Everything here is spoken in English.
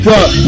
up